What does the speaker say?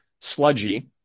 sludgy